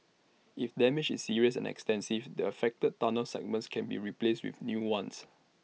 if damage is serious and extensive the affected tunnel segments can be replaced with new ones